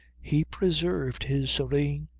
he preserved his serene,